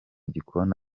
gikoni